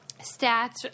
stats